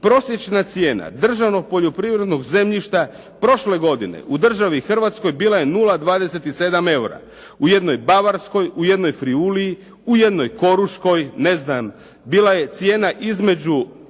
Prosječna cijena državnog poljoprivrednog zemljišta, prošle godine u državi hrvatskoj bila je 0,27 eura. U jednoj Bavarskoj, u jednoj Frijuliji, u jednoj Koruškoj, ne znam bila je cijena između